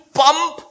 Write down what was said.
pump